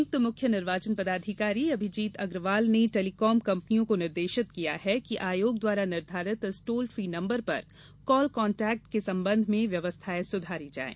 संयुक्त मुख्य निर्वाचन पदाधिकारी अभिजीत अग्रवाल ने टेलीकॉम कंपनियों को निर्देशित किया है कि ं आयोग द्वारा निर्धारित इस टोल फ्री नंबर पर कॉल कांटेक्ट के संबंध में व्यवस्थाएँ सुधारी जाएं